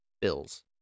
Bills